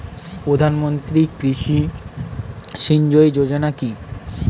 প্রধানমন্ত্রী কৃষি সিঞ্চয়ী যোজনা কি?